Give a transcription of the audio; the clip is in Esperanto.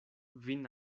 vin